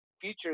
features